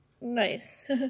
nice